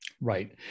Right